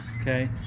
Okay